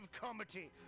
comedy